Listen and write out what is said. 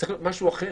צריך להיות משהו אחר,